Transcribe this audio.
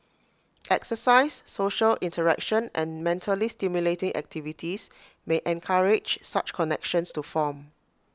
exercise social interaction and mentally stimulating activities may encourage such connections to form